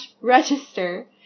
register